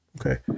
Okay